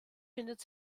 findet